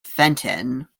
fenton